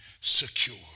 secure